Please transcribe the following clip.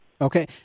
Okay